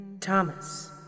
Thomas